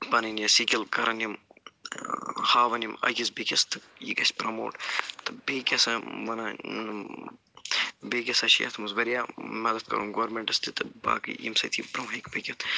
پَنٕنۍ یہِ سِکِل کَرَن یِم ہاوَن یِم أکِس بیٚکِس تہٕ یہِ گژھِ پرموٹ بیٚیہِ کیٛاہ سا وَنن بیٚیہِ کیٛاہ سا چھِ یَتھ منٛز واریاہ مدتھ کَرُن گورمنٛٹَس تہِ تہٕ باقٕے ییِٚمہِ سۭتۍ یہِ برونٛہہ ہٮ۪کہِ پٔکِتھ